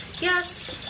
Yes